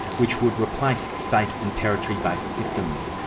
which would replace state and territory based systems.